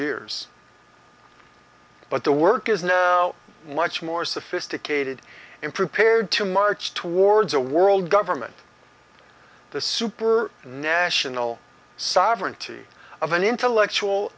years but the work is now much more sophisticated in prepared to march towards a world government the super national sovereignty of an intellectual